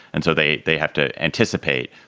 and so they they have to anticipate,